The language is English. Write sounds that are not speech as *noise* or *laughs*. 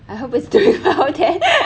I hope it's doing well *laughs*